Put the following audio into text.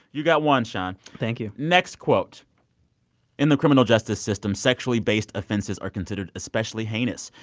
you got one, sean thank you next quote in the criminal justice system, sexually based offenses are considered especially heinous.